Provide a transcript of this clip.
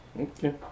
Okay